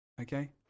okay